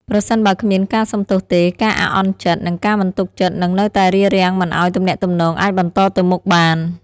ប្រសិនបើគ្មានការសុំទោសទេ ការអាក់អន់ចិត្ត និងការមិនទុកចិត្តនឹងនៅតែរារាំងមិនឱ្យទំនាក់ទំនងអាចបន្តទៅមុខបាន។